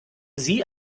sie